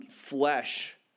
flesh